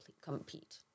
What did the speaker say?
compete